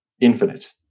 infinite